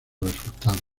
resultados